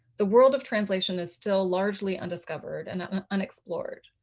the world of translation is still largely undiscovered and unexplored.